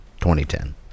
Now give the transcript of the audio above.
2010